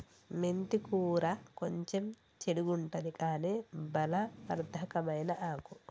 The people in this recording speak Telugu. మెంతి కూర కొంచెం చెడుగుంటది కని బలవర్ధకమైన ఆకు